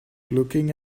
looking